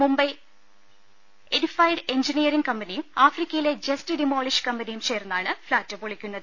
Mumbai edifice engineering കമ്പനിയും ആഫ്രി ക്കയിലെ ജസ്റ്റ് ഡിമോളിഷ് കമ്പനിയും ചേർന്നാണ് ഫ്ളാറ്റ് പൊളി ക്കുന്നത്